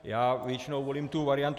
Já většinou volím jinou variantu.